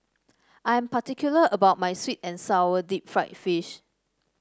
I am particular about my sweet and sour Deep Fried Fish